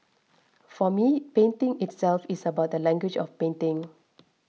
for me painting itself is about the language of painting